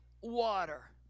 water